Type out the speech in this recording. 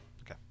Okay